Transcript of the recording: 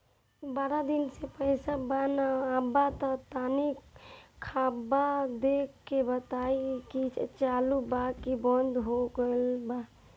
बारा दिन से पैसा बा न आबा ता तनी ख्ताबा देख के बताई की चालु बा की बंद हों गेल बा?